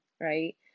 right